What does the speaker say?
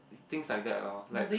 things like that loh like